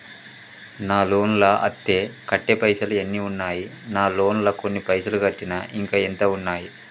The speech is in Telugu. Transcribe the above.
నా లోన్ లా అత్తే కట్టే పైసల్ ఎన్ని ఉన్నాయి నా లోన్ లా కొన్ని పైసల్ కట్టిన ఇంకా ఎంత ఉన్నాయి?